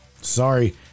Sorry